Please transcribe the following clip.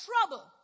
trouble